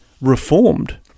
Reformed